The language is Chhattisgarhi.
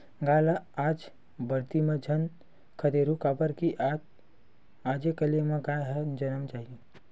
गाय ल आज बरदी म झन खेदहूँ काबर कि आजे कल म गाय ह जनम जाही